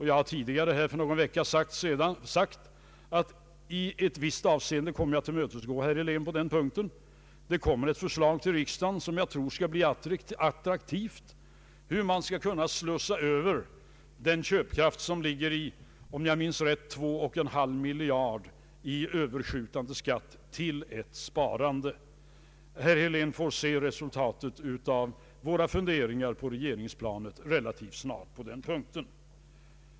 Jag har här för någon vecka sedan sagt att i visst avseende kommer jag att tillmötesgå herr Helén på den punkten. Det kommer ett förslag till riksdagen, som jag tror skall bli attraktivt, om hur man skall kunna slussa över den köpkraft, som ligger i — om jag minns rätt — två och en halv miljard kronor i överskjutande skatt, till ett sparande. Herr Helén får se resultatet av våra funderingar på regeringsplanet relativt snart på den punkten.